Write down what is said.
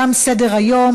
תם סדר-היום.